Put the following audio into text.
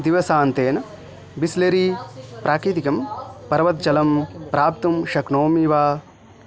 दिवसान्तेन बिस्लेरी प्राकृतिकं पर्वतजलं प्राप्तुं शक्नोमि वा